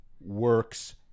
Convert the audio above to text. works